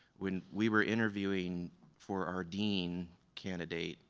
when we were interviewing for our dean candidate,